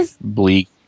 bleak